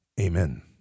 Amen